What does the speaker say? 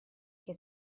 che